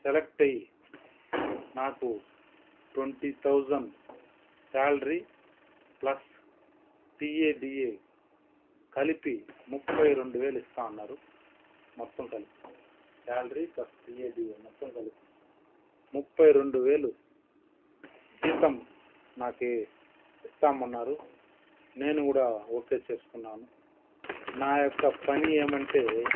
select అయ్యి నాకు twenty thousand salary plus TA DA కలిపి ముప్పై రెండు వేలు ఇస్తా అన్నారు మొత్తం కలిపి శాలరీ ప్లస్ టిఏడిఏ మొత్తం కలిపి ముప్పై రెండు వేలు జీతం నాకి ఇస్తామన్నారు నేను కూడా ఓకే చేస్కున్నాను నా యొక్క పని ఏమంటే